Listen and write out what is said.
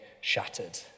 shattered